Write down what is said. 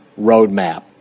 roadmap